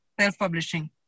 self-publishing